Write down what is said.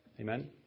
Amen